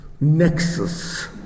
nexus